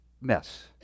mess